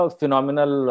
phenomenal